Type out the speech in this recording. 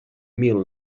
mil